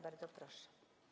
Bardzo proszę.